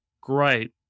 great